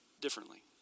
differently